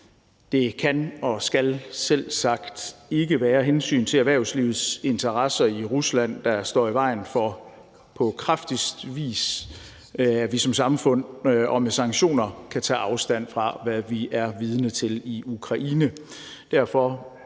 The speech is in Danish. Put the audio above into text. Det kan og skal selvsagt ikke være hensynet til erhvervslivets interesser i Rusland, der står i vejen for, at vi som samfund og med sanktioner på kraftigste vis kan tage afstand fra, hvad vi er vidne til i Ukraine.